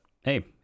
hey